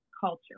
culture